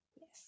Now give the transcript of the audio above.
Yes